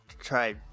Try